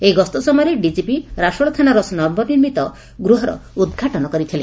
ଏହି ଗସ୍ତ ସମୟରେ ଡିଜିପି ରାସୋଳ ଥାନାର ନବନିର୍ମିତ ଗୃହର ଉଦ୍ଘାଟନ କରିଥିଲେ